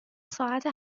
ساعت